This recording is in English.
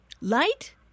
Light